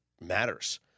matters